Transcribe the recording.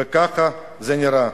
וכך זה נראה.